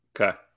Okay